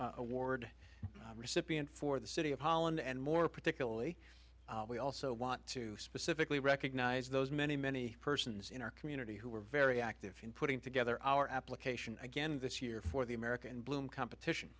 award recipient for the city of holland and more particularly we also want to specifically recognize those many many persons in our community who are very active in putting together our application again this year for the american bloom competition